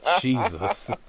Jesus